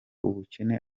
ubukene